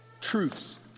truths